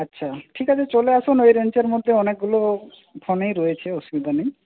আচ্ছা ঠিক আছে চলে আসুন ওই রেঞ্জের মধ্যে অনেকগুলো ফোনই রয়েছে অসুবিধা নেই